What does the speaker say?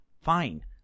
fine